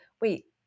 wait